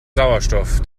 sauerstoff